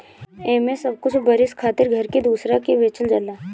एमे बस कुछ बरिस खातिर घर के दूसरा के बेचल जाला